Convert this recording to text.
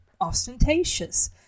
ostentatious